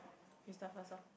you start first lor